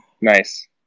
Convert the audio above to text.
nice